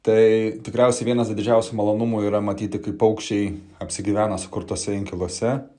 tai tikriausiai vienas didžiausių malonumų yra matyti kaip paukščiai apsigyvena sukurtuose inkiluose